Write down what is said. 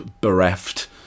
bereft